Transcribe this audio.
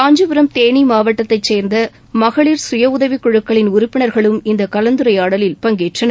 காஞ்சிபுரம் தேனி மாவட்டத்தை சேர்ந்த மகளிர் சுயஉதவிக்குழுக்களின் உறுப்பினர்களும் இந்த கலந்துரையாடலில் பங்கேற்றனர்